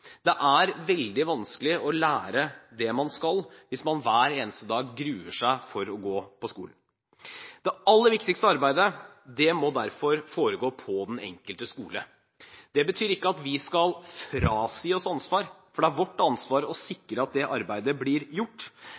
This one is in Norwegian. Det er veldig vanskelig å lære det man skal, hvis man hver eneste dag gruer seg for å gå på skolen. Det aller viktigste arbeidet må derfor foregå på den enkelte skole. Det betyr ikke at vi skal frasi oss ansvar, for det er vårt ansvar å sikre at det arbeidet blir gjort,